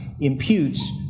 imputes